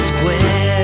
Square